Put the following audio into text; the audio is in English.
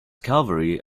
cavalry